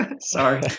Sorry